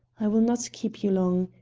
i will not keep you long.